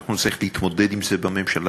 ואנחנו נצטרך להתמודד עם זה בממשלה.